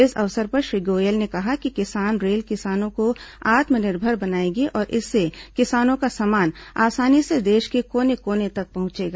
इस अवसर पर श्री गोयल ने कहा कि किसान रेल किसानों को आत्मनिर्भर बनाएगी और इससे किसानों का सामान आसानी से देश के कोने कोने तक पहुंचेगा